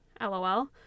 LOL